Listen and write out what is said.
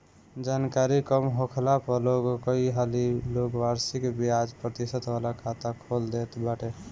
जानकरी कम होखला पअ लोग कई हाली लोग वार्षिक बियाज प्रतिशत वाला खाता खोल देत बाटे